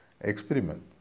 Experiment